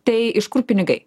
tai iš kur pinigai